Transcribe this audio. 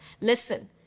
Listen